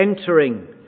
entering